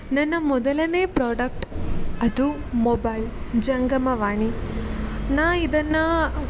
ನನ್ನ ಮೊದಲನೇ ಪ್ರಾಡಕ್ಟ್ ಅದು ಮೊಬೈಲ್ ಜಂಗಮವಾಣಿ ನಾನು ಇದನ್ನು